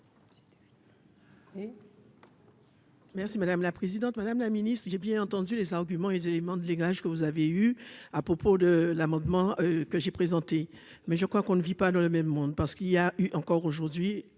Merci madame la présidente, madame la Ministre, j'ai bien entendu les arguments et les éléments de langage que vous avez eu à propos de l'amendement que j'ai présenté, mais je crois qu'on ne vit pas dans le même monde parce qu'il y a eu encore aujourd'hui